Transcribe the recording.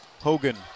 Hogan